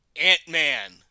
Ant-Man